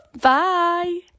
bye